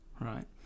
Right